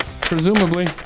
Presumably